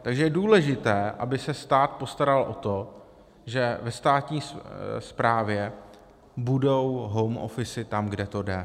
Takže je důležité, aby se stát postaral o to, že ve státní správě budou home officy tam, kde to jde.